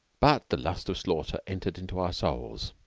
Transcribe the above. but the lust of slaughter entered into our souls,